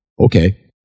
Okay